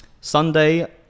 Sunday